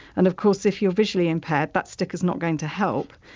and of course, if you're visually impaired that sticker's not going to help.